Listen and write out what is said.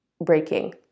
breaking